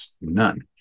None